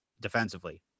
defensively